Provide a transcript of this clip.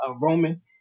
Roman